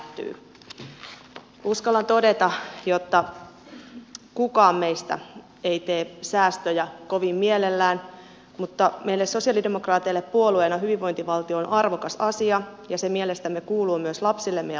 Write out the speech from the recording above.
uskallan todeta että kukaan meistä ei tee säästöjä kovin mielellään mutta meille sosialidemokraateille puolueena hyvinvointivaltio on arvokas asia ja se mielestämme kuuluu myös lapsillemme ja lapsenlapsillemme